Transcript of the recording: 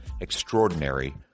Extraordinary